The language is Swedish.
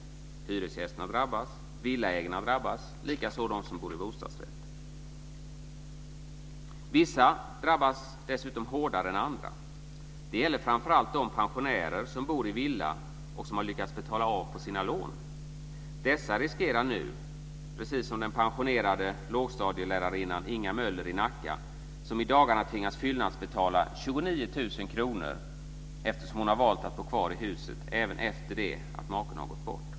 Hyresgästerna drabbas, och villaägarna drabbas. Likaså de som bor i bostadsrätt. Vissa drabbas dessutom hårdare än andra. Det gäller framför allt de pensionärer som bor i villa och som har lyckats betala av på sina lån. Dessa riskerar nu höjd skatt, precis som den pensionerade lågstadielärarinnan Inga Möller i Nacka, som i dagarna tvingas fyllnadsbetala 29 000 kr, eftersom hon har valt att bo kvar i huset även efter det att maken har gått bort.